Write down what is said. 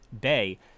Bay